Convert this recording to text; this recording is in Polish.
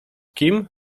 kim